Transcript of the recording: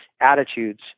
attitudes